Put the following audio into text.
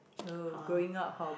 uh growing up how